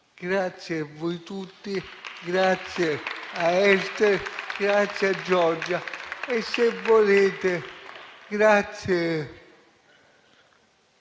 Grazie a voi tutti, grazie a Ester, grazie a Giorgia e, se volete, grazie a Catia,